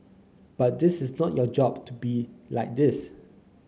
but this is not your job to be like this